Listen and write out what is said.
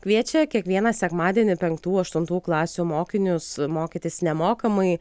kviečia kiekvieną sekmadienį penktų aštuntų klasių mokinius mokytis nemokamai